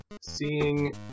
seeing